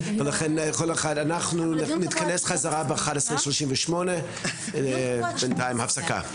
אנחנו נתכנס בחזרה בשעה 11:38. הפסקה.